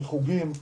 בחוגים,